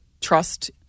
trust